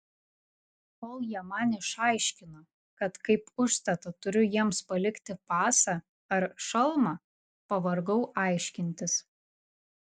kol jie man išaiškino kad kaip užstatą turiu jiems palikti pasą ar šalmą pavargau aiškintis